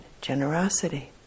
generosity